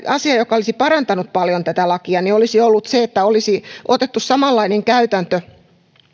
asia joka olisi parantanut paljon tätä lakia olisi ollut se että olisi otettu samanlainen käytäntö